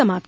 समाप्त